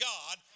God